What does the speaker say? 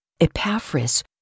Epaphras